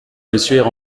monsieur